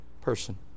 person